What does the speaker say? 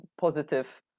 positive